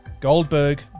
Goldberg